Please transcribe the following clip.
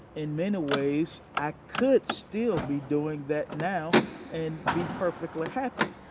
in many ways, i could still be doing that now and be perfectly happy.